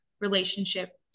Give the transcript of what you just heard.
relationship